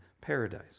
paradise